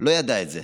לא ידע את זה,